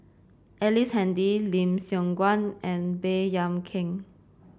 Ellice Handy Lim Siong Guan and Baey Yam Keng